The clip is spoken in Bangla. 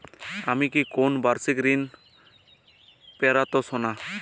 আমি কি কোন বাষিক ঋন পেতরাশুনা?